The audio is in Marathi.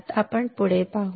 आता आपण पुढे पाहू